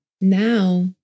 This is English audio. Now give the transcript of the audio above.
Now